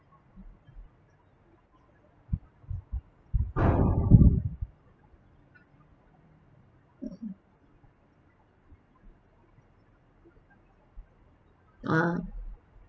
ah